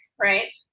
right